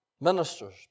ministers